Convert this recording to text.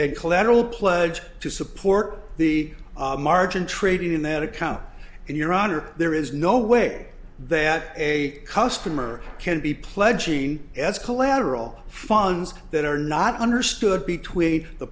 beg collateral pledged to support the margin trading in that account and your honor there is no way that a customer can be pledging as collateral funds that are not understood between the